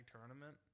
Tournament